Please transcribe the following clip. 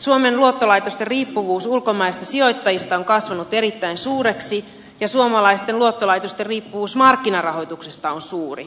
suomen luottolaitosten riippuvuus ulkomaisista sijoittajista on kasvanut erittäin suureksi ja suomalaisten luottolaitosten riippuvuus markkinarahoituksesta on suuri